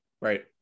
right